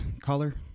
color